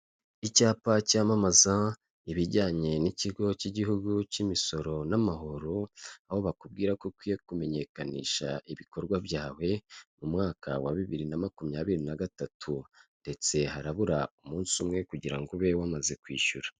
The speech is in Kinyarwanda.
Icyapa cyamamaza ibijyanye n'ikigo cy'igihugu cy'imisoro n'amahoro, aho bakubwira ko ukwiye kumenyekanisha ibikorwa byawe, mu mwaka wa bibiri na makumyabiri na gatatu ndetse harabura umunsi umwe kugira ngo ube wamaze kwishyura.